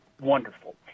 wonderful